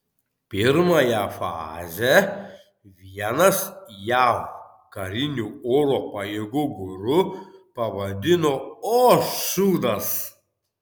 pirmąją fazę vienas jav karinių oro pajėgų guru pavadino o šūdas